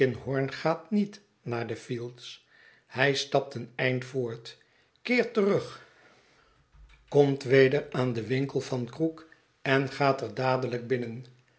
gaat niet naar de fields hij stapt een eind voort keert terug komt weder de huisvesting van een bladschrijver aan den winkel van krook en gaat er dadelijk binnen